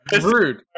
Rude